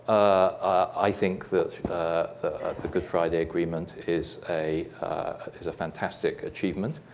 i think that the good friday agreement is a is a fantastic achievement.